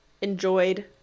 enjoyed